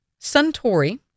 Suntory